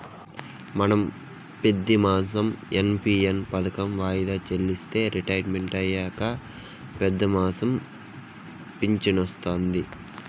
మనం పెతిమాసం ఎన్.పి.ఎస్ పదకం వాయిదా చెల్లిస్తే రిటైర్మెంట్ అయినంక పెతిమాసం ఫించనొస్తాది